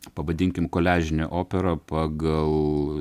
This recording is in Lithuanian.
pavadinkime koliažinė opera pagal